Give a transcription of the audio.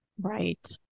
Right